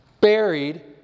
buried